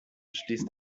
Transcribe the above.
schließt